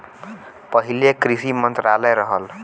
पहिले कृषि मंत्रालय रहल